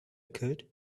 could